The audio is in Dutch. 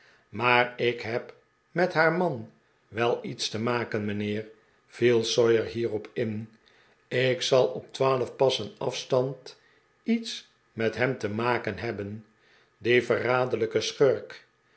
maar ik heb met haar man wel iets te maken mijnheer viel sawyer hierop in ik zal op twaalf passen afstand iets met hem te maken hebben dien verraderlijken schurk